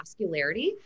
vascularity